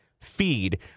feed